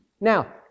Now